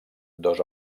dos